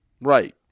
Right